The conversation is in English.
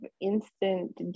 instant